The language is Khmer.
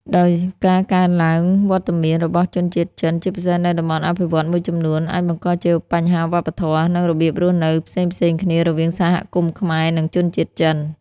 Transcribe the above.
ដោយការកើនឡើងវត្តមានរបស់ជនជាតិចិន ជាពិសេសនៅតំបន់អភិវឌ្ឍន៍មួយចំនួន អាចបង្កជាបញ្ហាវប្បធម៌ និងរបៀបរស់នៅផ្សេងៗគ្នារវាងសហគមន៍ខ្មែរ និងជនជាតិចិន។